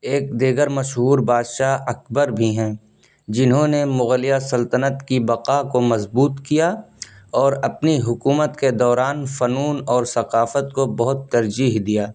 ایک دیگر مشہور بادشاہ اکبر بھی ہیں جنہوں نے مغلیہ سلطنت کی بقا کو مضبوط کیا اور اپنی حکومت کے دوران فنون اور ثقافت کو بہت ترجیح دیا